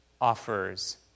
offers